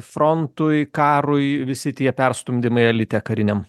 frontui karui visi tie perstumdymai elite kariniam